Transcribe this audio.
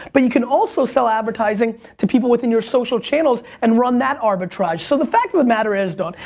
but you can also sell advertising to people within your social channels and run that arbitrage. so the fact of the matter is, dawn,